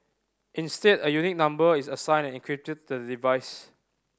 instead a unique number is assigned and encrypted to the device